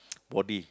body